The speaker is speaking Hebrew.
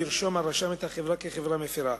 ירשום הרשם את החברה כחברה מפירה.